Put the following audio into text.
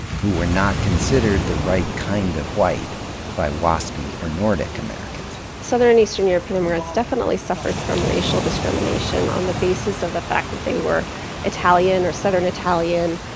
who were not considered the right kind of white by wasp-y or nordic americans. southern and eastern european immigrants definitely suffered from racial discrimination on the basis of the fact that they were italian or southern italian.